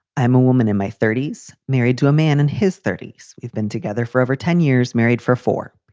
i am a woman in my thirties, married to a man in his thirties. we've been together for over ten years, married for four.